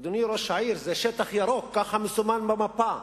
אדוני ראש העיר, זה שטח ירוק, כך מסומן במפה.